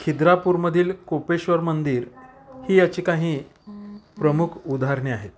खिद्रापूरमधील कोपेश्वर मंदिर ही याची काही प्रमुख उदाहरणे आहेत